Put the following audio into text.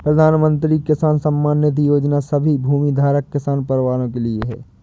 प्रधानमंत्री किसान सम्मान निधि योजना सभी भूमिधारक किसान परिवारों के लिए है